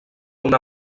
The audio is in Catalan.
una